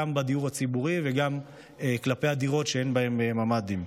גם בדיור הציבורי וגם כלפי הדירות שאין בהם ממ"דים,